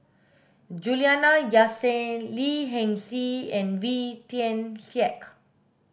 Juliana Yasin Lee Hee Seng and Wee Tian Siak